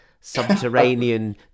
subterranean